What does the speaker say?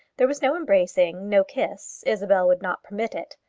there was no embracing, no kiss. isabel would not permit it.